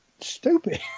stupid